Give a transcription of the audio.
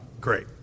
Great